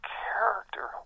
character